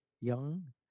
young